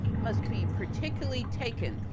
must be particularly taken,